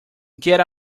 get